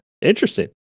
Interesting